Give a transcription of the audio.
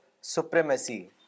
supremacy